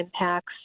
impacts